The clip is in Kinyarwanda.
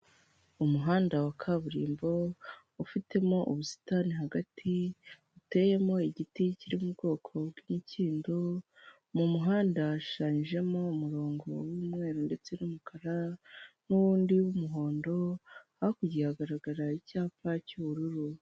Umuhanda wa kaburimbo ufitemo ubusitani hagati buteyemo igiti kiri mu bwoko bw'imikindo mu muhanda hashoshanyijemo umurongo w'umweru ndetse n'umukara, n'undi w'umuhondo hakurya hagaragara icyapa cy'ubururu.